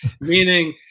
Meaning